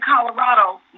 Colorado